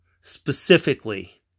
specifically